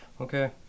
okay